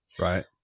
Right